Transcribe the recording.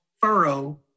furrow